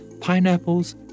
pineapples